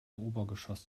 obergeschoss